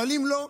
אבל אם לא,